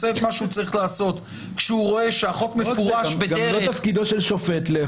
צריך שכלי תקשורת ידעו שגם אם בטעות נלכדה תמונתו של עצור,